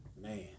Man